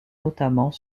notamment